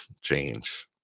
change